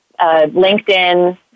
LinkedIn